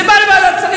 זה בא לוועדת שרים,